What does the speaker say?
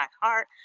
heart